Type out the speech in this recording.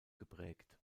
geprägt